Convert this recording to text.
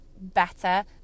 better